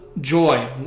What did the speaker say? joy